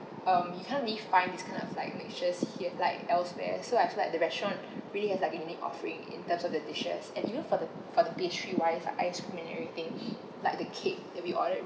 um you can't really find these kind of like mixtures in here like elsewhere so I feel like the restaurant really has like a unique offering in terms of the dishes and you know for the for the pastry wise like ice cream and everything like the cake that we ordered